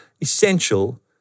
essential